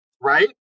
right